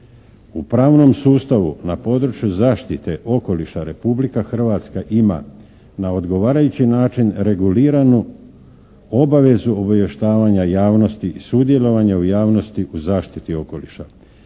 U pravnom sustavu na području zaštite okoliša Republika Hrvatska ima na odgovarajući način reguliranu obavezu obavještavanja javnosti i sudjelovanja u javnosti u zaštiti okoliša.